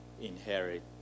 inherit